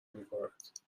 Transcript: میکند